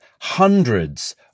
hundreds